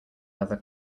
leather